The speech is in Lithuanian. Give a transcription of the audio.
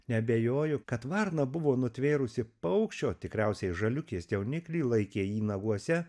neabejoju kad varna buvo nutvėrusi paukščio tikriausiai žaliukės jauniklį laikė jį naguose